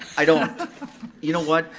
i don't. you know what,